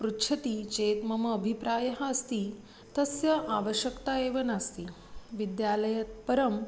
पृच्छति चेत् मम अभिप्रायः अस्ति तस्य आवश्यकता एव नास्ति विद्यालयात् परम्